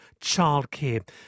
childcare